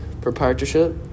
proprietorship